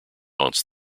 haunts